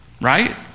right